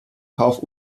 kauf